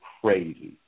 crazy